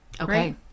Okay